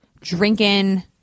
drinking